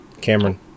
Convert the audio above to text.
Cameron